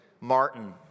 Martin